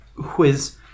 quiz